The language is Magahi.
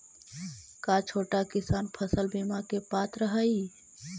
का छोटा किसान फसल बीमा के पात्र हई?